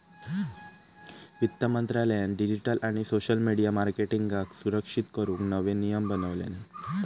वित्त मंत्रालयान डिजीटल आणि सोशल मिडीया मार्केटींगका सुरक्षित करूक नवे नियम बनवल्यानी